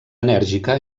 enèrgica